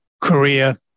Korea